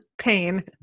pain